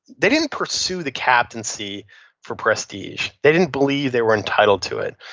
they didn't pursue the captaincy for prestige. they didn't believe they were entitled to it.